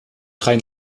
rein